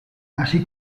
así